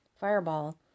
Fireball